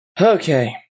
Okay